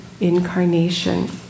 incarnation